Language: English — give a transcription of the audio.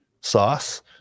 sauce